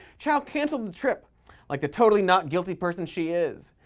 chao canceled the trip like the totally-not-guilty person she is.